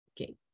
Okay